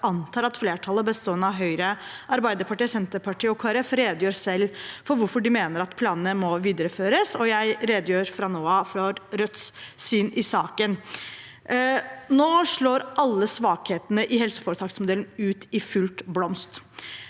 antar at flertallet, bestående av Høyre, Arbeiderpartiet, Senterpartiet og Kristelig Folkeparti, redegjør selv for hvorfor de mener at planene må videreføres. Jeg redegjør fra nå av for Rødts syn i saken. Nå slår alle svakhetene i helseforetaksmodellen ut i full blomst.